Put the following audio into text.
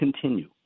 continue